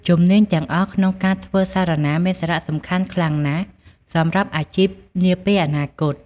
ជំនាញទាំងអស់ក្នុងការធ្វើសារណាមានសារៈសំខាន់ខ្លាំងណាស់សម្រាប់អាជីពនាពេលអនាគត។